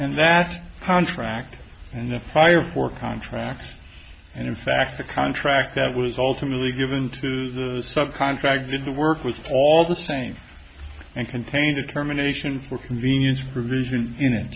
and that contract and the fire for contracts and in fact the contract that was ultimately given to the sub contract did the work with all the same and contain determination for convenience for provision in